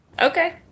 Okay